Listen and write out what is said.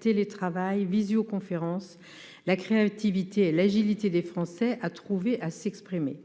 télétravail, visioconférences : la créativité et l'agilité des Français ont trouvé à s'exprimer.